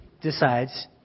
decides